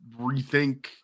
rethink